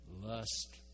Lust